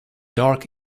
dark